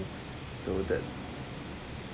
so that